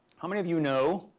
how many of you know